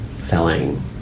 selling